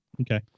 Okay